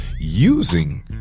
Using